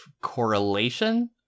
correlation